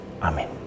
Amen